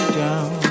down